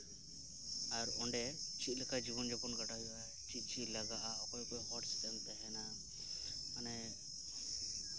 ᱟᱨ ᱚᱸᱰᱮ ᱪᱮᱫ ᱞᱮᱠᱟ ᱡᱤᱵᱚᱱ ᱡᱟᱯᱚᱱ ᱠᱟᱴᱟᱣ ᱦᱩᱭᱩᱜᱼᱟ ᱪᱮᱫ ᱪᱮᱫ ᱞᱟᱜᱟᱜᱼᱟ ᱚᱠᱚᱭ ᱚᱠᱚᱭ ᱦᱚᱲ ᱥᱟᱶᱛᱮᱢ ᱛᱟᱦᱮᱱᱟ ᱢᱟᱱᱮ